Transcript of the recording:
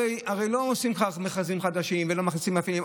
הרי לא עושים לכך מכרזים חדשים ולא מכניסים מפעילים.